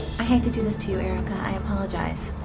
i hate to do this to you, erica. i apologize.